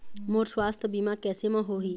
मोर सुवास्थ बीमा कैसे म होही?